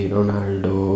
Ronaldo